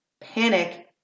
Panic